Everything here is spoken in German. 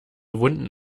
wunden